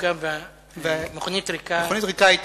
מכונית ריקה.